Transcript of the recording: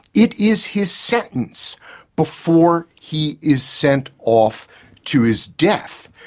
it is his sentence before he is sent off to his death.